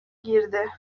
girdi